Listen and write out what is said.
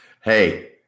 Hey